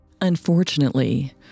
Unfortunately